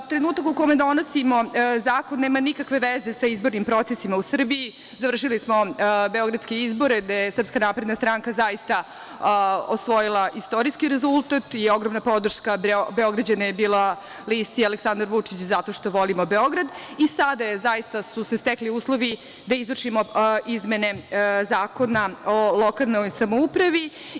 Trenutak u kome donosimo zakone nema nikakve veze sa izbornim procesima u Srbiji, završili smo beogradske izbore gde je SNS zaista osvojila istorijski rezultat i ogromna podrška Beograđana je bila listi Aleksandra Vučića – zato što volimo Beograd i sada su se zaista stekli uslovi da izvršimo izmene Zakona o lokalnoj samoupravi.